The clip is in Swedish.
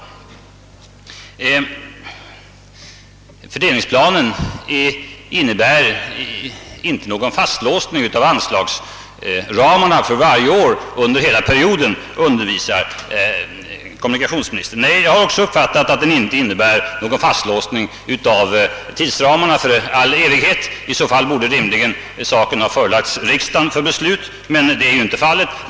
Fördelningsplanen innebär inte någon fastlåsning av anslagsramarna varje år under hela perioden, undervisar kommunikationsministern. Nej, jag har också uppfattat att den inte innebär någon fastlåsning av tidplanerna för all evighet. I så fall borde saken rimligen ha förelagts riksdagen, men det är ju inte fallet.